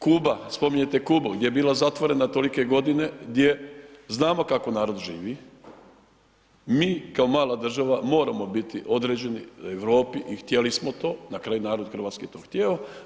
Kuba, spominjete Kubu gdje je bila zatvorena tolike godine, gdje znamo kako narod živi, mi kao mala država moramo biti određeni Europi i htjeli smo to, na kraju narod hrvatski je to htio.